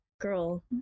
girl